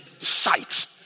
sight